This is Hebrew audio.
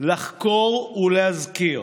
לחקור ולהזכיר,